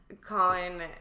Colin